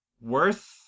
Worth